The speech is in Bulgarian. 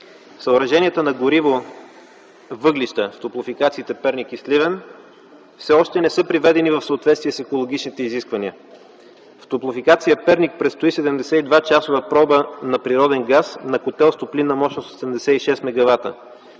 Съоръженията на гориво – въглища, топлофикациите – „Перник” и „Сливен”, все още не са приведени в съответствие с екологичните изисквания. В „Топлофикация – Перник” предстои 72-часова проба на природен газ на котел с топлинна мощност 86 мгвт.